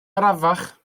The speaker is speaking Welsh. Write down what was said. arafach